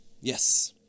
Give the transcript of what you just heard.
Yes